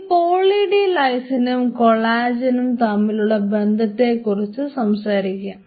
ഇനി പോളി ഡി ലൈസിനും കൊളാജനും തമ്മിലുള്ള ബന്ധത്തെ കുറിച്ച് സംസാരിക്കാം